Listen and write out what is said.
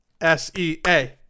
S-E-A